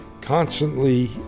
constantly